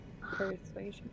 Persuasion